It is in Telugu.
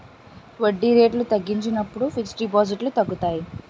వడ్డీ రేట్లు తగ్గించినప్పుడు ఫిక్స్ డిపాజిట్లు తగ్గుతాయి